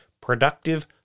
Productive